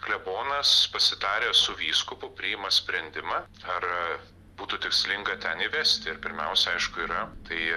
klebonas pasitaręs su vyskupu priima sprendimą ar būtų tikslinga ten įvesti pirmiausia aišku yra tai